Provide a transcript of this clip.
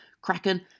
Kraken